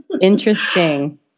Interesting